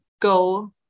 go